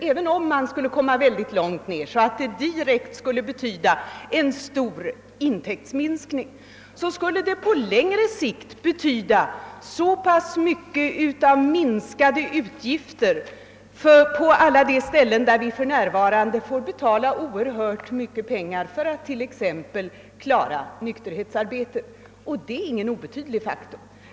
även om konsumtionen skulle gå så långt ned att höjningen direkt skulle betyda en stor intäktsminskning, skulle det på längre sikt innebära minskade utgifter inom nykterhetsarbetet. Detta är ingen obetydlig faktor.